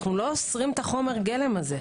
אנו לא אוסרים את החומר גלם הזה.